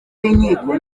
w’inkiko